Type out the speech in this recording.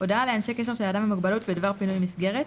הודעה לאנשי קשר של אדם עם מוגבלות בדבר פינוי מסגרת,